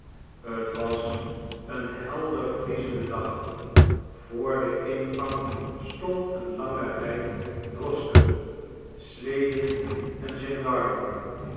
t was een helder vriezende dag voor den ingang stond een langen rij droschken sleden en gendarmen